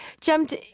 jumped